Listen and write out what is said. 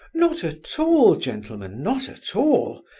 not at all, gentlemen, not at all!